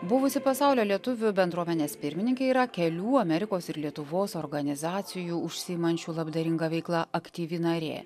buvusi pasaulio lietuvių bendruomenės pirmininkė yra kelių amerikos ir lietuvos organizacijų užsiimančių labdaringa veikla aktyvi narė